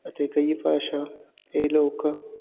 ਅਤੇ ਕਈ ਭਾਸ਼ਾ ਇਹ ਲੋਕ